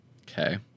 Okay